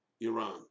Iran